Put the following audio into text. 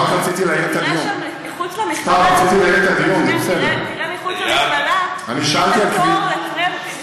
תראה מחוץ למכללה את התור לטרמפים,